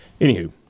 Anywho